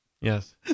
Yes